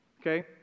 Okay